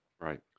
Right